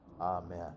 amen